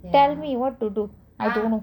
tell me what to do I don't know